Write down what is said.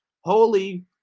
holy